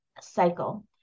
cycle